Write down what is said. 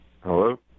Hello